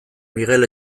miguel